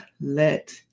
let